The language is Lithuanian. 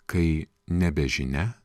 kai nebežinia